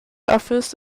office